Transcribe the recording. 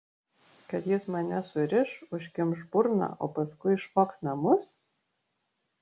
kad jis mane suriš užkimš burną o paskui išvogs namus